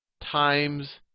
times